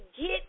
get